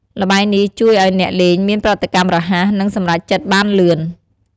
ល្បែងនេះជួយឲ្យអ្នកលេងមានប្រតិកម្មរហ័ស និងសម្រេចចិត្តបានលឿន។